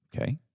Okay